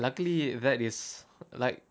luckily that is like